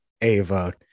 Ava